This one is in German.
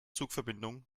zugverbindungen